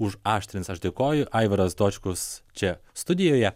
užaštrins aš dėkoju aivaras dočkus čia studijoje